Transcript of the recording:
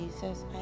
Jesus